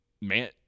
man